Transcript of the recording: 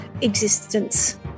existence